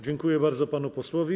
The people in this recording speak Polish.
Dziękuję bardzo panu posłowi.